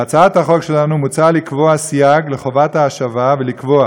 בהצעת החוק שלנו מוצע לקבוע סייג לחובת ההשבה ולקבוע